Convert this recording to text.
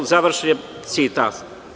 Završen je citat.